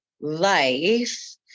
life